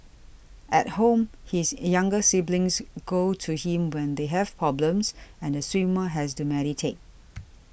at home his younger siblings go to him when they have problems and the swimmer has to mediate